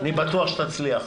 אני בטוח שתצליח.